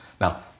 now